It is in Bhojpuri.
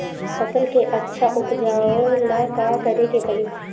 फसल के अच्छा उपजाव ला का करे के परी?